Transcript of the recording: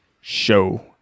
show